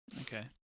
okay